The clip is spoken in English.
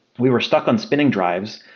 we were stuck on spinning drives,